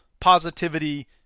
positivity